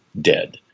dead